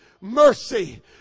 mercy